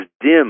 dim